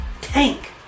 Tank